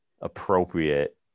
appropriate